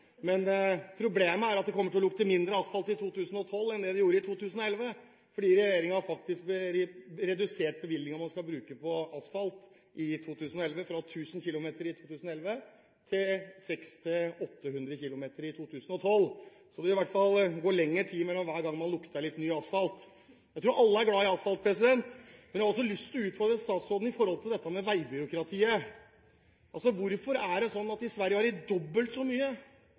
Men problemet er at det kommer til å lukte mindre asfalt i 2012 enn det gjorde i 2011, fordi regjeringen faktisk har redusert bevilgningen til asfalt i 2012. Man går fra 1 000 km i 2011 til 600–800 km i 2012, så det vil i hvert fall gå lengre tid mellom hver gang man lukter litt ny asfalt. Jeg tror alle er glad i asfalt, men jeg har også lyst til å utfordre statsråden når det gjelder veibyråkratiet. Hvorfor er det sånn at de har dobbelt så mye vei i Sverige som vi har i